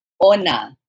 Ona